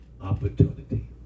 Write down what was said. opportunity